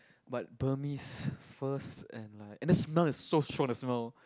but Burmese first and like and the smell is so strong as well